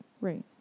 Right